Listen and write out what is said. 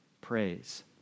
praise